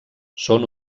són